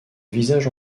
visages